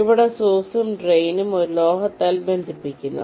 അവിടെ സോഴ്സും ഡ്രെയ്നും ഒരു ലോഹത്താൽ ബന്ധിപ്പിക്കുന്നു